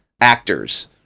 actors